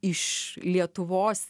iš lietuvos